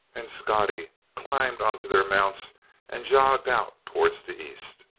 and scotty climbed onto their mounts and jogged out towards the east.